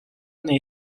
nei